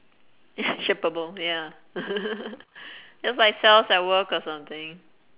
ya shapable ya just like cells at work or something